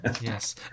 Yes